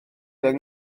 yng